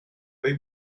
they